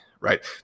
right